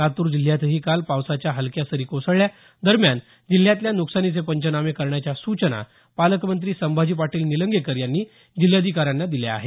लातूर जिल्ह्यातही काल पावसाच्या हलक्या सरी कोसळल्या दरम्यान जिल्ह्यातल्या नुकसानीचे पंचनामे करण्याच्या सूचना पालकमंत्री संभाजी पाटील निलंगेकर यांनी जिल्हाधिकाऱ्यांना दिल्या आहेत